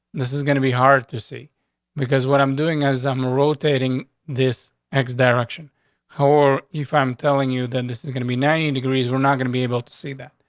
this is gonna be hard to see because what i'm doing as i'm rotating this x direction or if i'm telling you that and this is gonna be ninety degrees, we're not gonna be able to see that,